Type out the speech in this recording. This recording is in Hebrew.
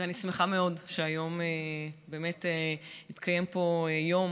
ואני שמחה מאוד שהיום התקיים פה יום